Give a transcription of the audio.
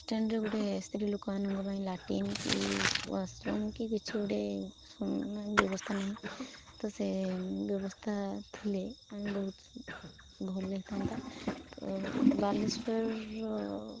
ଗୋଟେ ସ୍ତ୍ରୀ ଲୋକମାନଙ୍କ ପାଇଁ ଲାଟ୍ରିନ୍ କି ୱାସ୍ରୁମ୍ କି କିଛି ଗୋଟେ ବ୍ୟବସ୍ଥା ନାହିଁ ତ ସେ ବ୍ୟବସ୍ଥା ଥିଲେ ଆମେ ବହୁତ ଭଲ ହେଇଥାନ୍ତା ତ ବାଲେଶ୍ୱରର